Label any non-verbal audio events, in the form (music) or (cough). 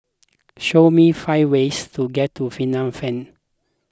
(noise) show me five ways to get to Phnom Penh